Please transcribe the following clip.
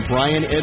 Brian